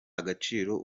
agaciro